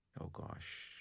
oh gosh.